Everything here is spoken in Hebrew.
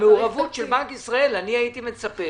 המעורבות של בנק ישראל, אני הייתי מצפה